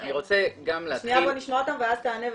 בוא נשמע ואז תמשיך.